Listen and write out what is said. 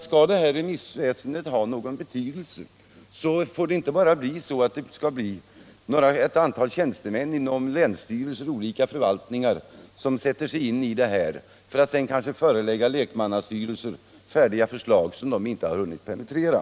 Skall remissväsendet ha någon betydelse får det inte bli så att bara ett antal tjänstemän inom länsstyrelser och olika förvaltningar sätter sig in i ärendena för att sedan förelägga lekmannastyrelser färdiga förslag som dessa inte har hunnit penetrera.